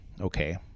Okay